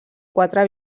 quatre